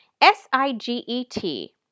S-I-G-E-T